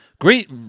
great